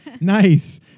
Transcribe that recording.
Nice